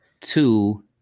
two